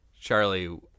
Charlie